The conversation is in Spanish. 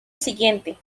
siguiente